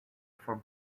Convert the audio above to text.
for